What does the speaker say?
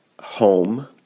home